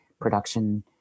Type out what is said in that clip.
production